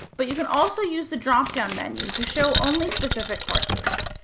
but you can also use the drop down menu to show only specific courses.